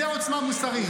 זה עוצמה מוסרית.